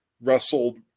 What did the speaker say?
wrestled